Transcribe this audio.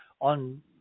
on